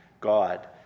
God